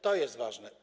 To jest ważne.